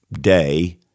day